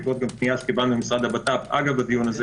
והפנייה שקיבלנו מהבט"פ אגב הדיון הזה